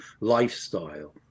lifestyle